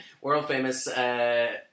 world-famous